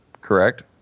correct